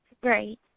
Great